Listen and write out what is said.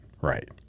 Right